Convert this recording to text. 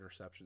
interceptions